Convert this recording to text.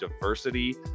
diversity